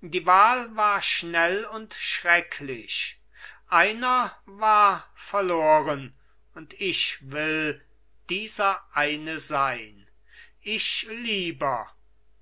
die wahl war schnell und schrecklich einer war verloren und ich will dieser eine sein ich lieber